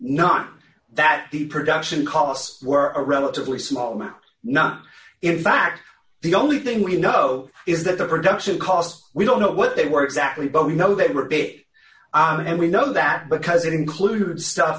not that the production costs were a relatively small amount not in fact the only thing we know is that the production cost we don't know what they were exactly but we know they were big and we know that because it includes stuff